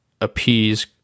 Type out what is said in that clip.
appease